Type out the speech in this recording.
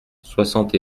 soixante